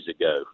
ago